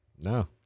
No